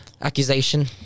accusation